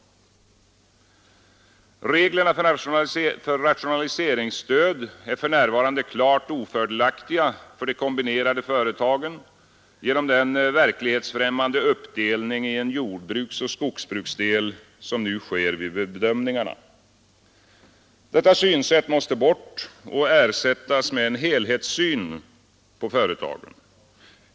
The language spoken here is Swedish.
Reglerna för rationaliseringsstöd är för närvarande klart ofördelaktiga för de kombinerade företagen genom den verklighetsfrämmande uppdelning i en jordbruksoch en skogsbruksdel som nu sker vid bedömningarna. Detta synsätt måste bort och ersättas av en helhetssyn på företagen.